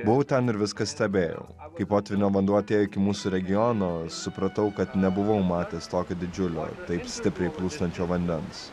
buvau ten ir viską stebėjau kaip potvynio vanduo atėjo iki mūsų regiono supratau kad nebuvau matęs tokio didžiulio taip stipriai plūstančio vandens